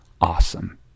awesome